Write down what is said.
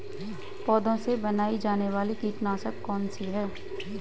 पौधों से बनाई जाने वाली कीटनाशक कौन सी है?